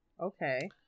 okay